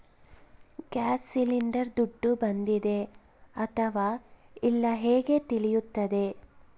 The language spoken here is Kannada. ಗ್ಯಾಸ್ ಸಿಲಿಂಡರ್ ದುಡ್ಡು ಬಂದಿದೆ ಅಥವಾ ಇಲ್ಲ ಹೇಗೆ ತಿಳಿಯುತ್ತದೆ?